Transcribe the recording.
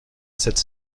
cette